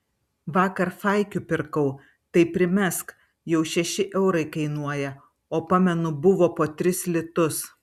vakar faikių pirkau tai primesk jau šeši eurai kainuoja o pamenu buvo po tris litus